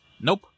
Nope